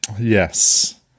Yes